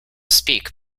speak